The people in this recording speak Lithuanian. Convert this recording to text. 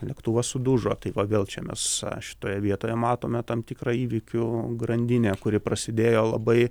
lėktuvas sudužo tai va vėl čia mes šitoje vietoje matome tam tikrą įvykių grandinę kuri prasidėjo labai